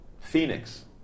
Phoenix